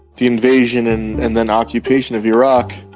the invasion and and then occupation of iraq,